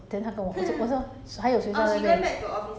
我们现在我们的 office eh an~ 只有 angie 一个人